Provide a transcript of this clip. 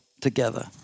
together